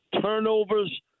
turnovers